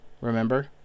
Remember